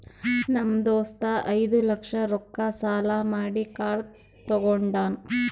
ನಮ್ ದೋಸ್ತ ಐಯ್ದ ಲಕ್ಷ ರೊಕ್ಕಾ ಸಾಲಾ ಮಾಡಿ ಕಾರ್ ತಗೊಂಡಾನ್